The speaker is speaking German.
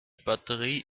batterie